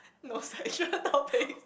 no sexual topic